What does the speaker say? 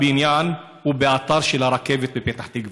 בניין הוא מהאתר של הרכבת בפתח תקווה,